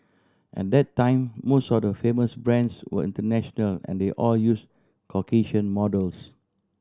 at that time most of the famous brands were international and they all used Caucasian models